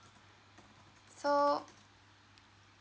so